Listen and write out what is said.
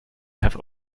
have